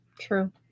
True